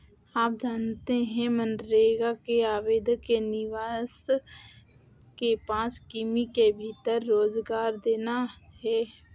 आप जानते है मनरेगा में आवेदक के निवास के पांच किमी के भीतर रोजगार देना है?